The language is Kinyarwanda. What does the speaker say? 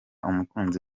umukunzi